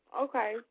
okay